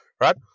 Right